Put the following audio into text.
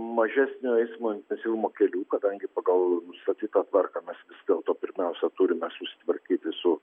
mažesnio eismo intensyvumo kelių kadangi pagal nustatytą tvarką mes vis dėlto pirmiausia turime susitvarkyti su